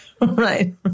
Right